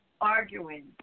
Arguing